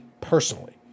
personally